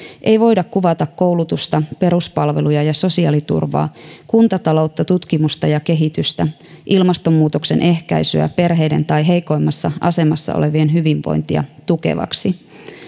ei voida kuvata koulutusta peruspalveluja ja sosiaaliturvaa kuntataloutta tutkimusta ja kehitystä ilmastonmuutoksen ehkäisyä perheiden tai heikoimmassa asemassa olevien hyvinvointia tukevaksi